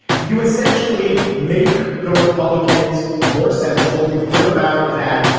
you essentially make the republicans more sensible. you bring about that.